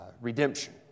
redemption